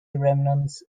remnants